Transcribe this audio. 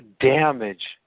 damage